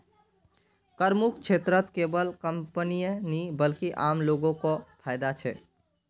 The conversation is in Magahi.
करमुक्त क्षेत्रत केवल कंपनीय नी बल्कि आम लो ग को फायदा छेक